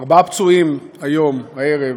ארבעה פצועים היום, הערב,